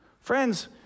Friends